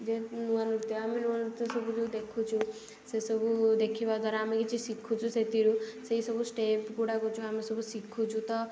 ଯେ ନୂଆ ନୃତ୍ୟ ଆମେ ଦେଖୁଛୁ ସେ ସବୁ ଦେଖିବା ଦ୍ୱାରା ଆମେ କିଛି ଶିଖୁଛୁ ସେଇଥିରୁ ସେଇ ସବୁ ଷ୍ଟେପ୍ଗୁଡ଼ାକ ଯେଉଁ ଆମେ ସବୁ ଶିଖୁଛୁ ତ